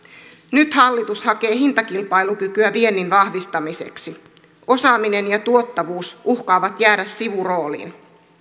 nyt hallitus hakee hintakilpailukykyä viennin vahvistamiseksi osaaminen ja tuottavuus uhkaavat jäädä sivurooliin